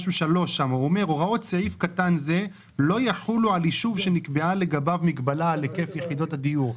הסוגיה שנירה מעלה מאוד חשובה,